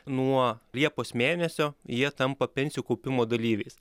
nuo liepos mėnesio jie tampa pensijų kaupimo dalyviais